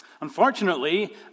Unfortunately